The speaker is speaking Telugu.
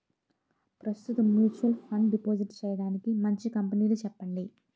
ప్రస్తుతం మ్యూచువల్ ఫండ్ డిపాజిట్ చేయడానికి మంచి కంపెనీలు చెప్పండి